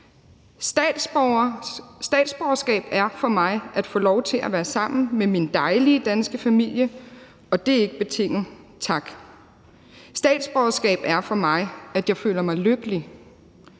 Statsborgerskab er for mig at få lov til at være sammen med min dejlige danske familie, og det er ikke betinget, tak. Statsborgerskab er for mig, at jeg føler mig lykkelig;